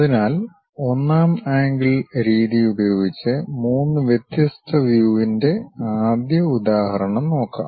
അതിനാൽ ഒന്നാം ആംഗിൾ രീതി ഉപയോഗിച്ച് മൂന്ന് വ്യത്യസ്ത വ്യുവിൻ്റെ ആദ്യ ഉദാഹരണം നോക്കാം